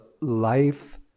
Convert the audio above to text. life